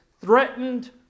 threatened